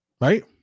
right